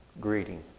greeting